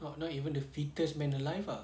not not even the fittest man alive ah